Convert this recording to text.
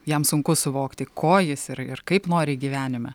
jam sunku suvokti ko jis ir ir kaip nori gyvenime